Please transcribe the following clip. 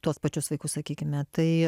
tuos pačius vaikus sakykime tai